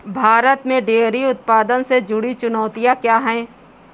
भारत में डेयरी उत्पादन से जुड़ी चुनौतियां क्या हैं?